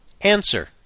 answer